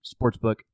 sportsbook